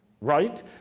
Right